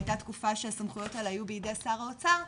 הייתה תקופה שהסמכויות האלה היו בידי שר האוצר,